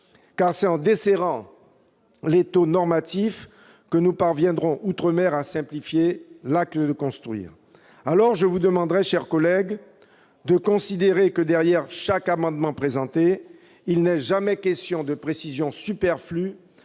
c'est en desserrant l'étau normatif que nous parviendrons outre-mer à simplifier l'acte de construire. Alors, je vous demanderai, mes chers collègues, de considérer que, derrière chaque amendement que je présente, il n'est jamais question de précisions superflues,